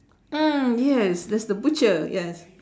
mm yes that's the butcher yes